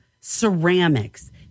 ceramics